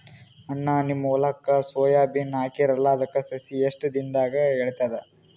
ಅಣ್ಣಾ, ನಿಮ್ಮ ಹೊಲಕ್ಕ ಸೋಯ ಬೀನ ಹಾಕೀರಲಾ, ಅದರ ಸಸಿ ಎಷ್ಟ ದಿಂದಾಗ ಏಳತದ?